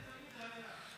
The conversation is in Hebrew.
אצלנו זה תמיד היה.